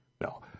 No